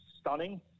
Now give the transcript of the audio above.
stunning